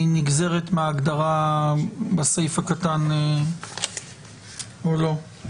היא נגזרת מההגדרה בסעיף הקטן או לא?